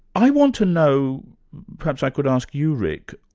i want to know perhaps i could ask you, rick,